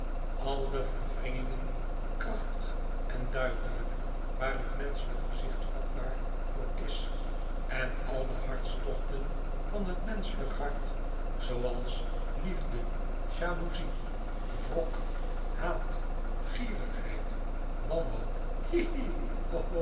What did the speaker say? al de verwringingen krachtig en duidelijk waar t menschelijk gezicht vatbaar voor is en al de hartstochten van t menschelijk hart zooals liefde jaloezie wrok haat gierigheid wanhoop